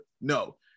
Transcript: no